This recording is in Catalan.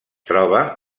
troba